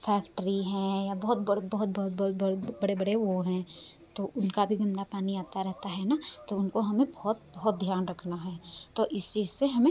factory है या बहुत बड़े बड़े बड़े बड़े वो हैं तो उनका भी धंधा पानी आता रहता है न तो उनको हमें बहोत बहोत ध्यान रखना है तो इसी से हमें